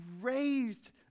raised